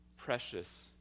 precious